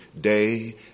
day